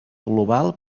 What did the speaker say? global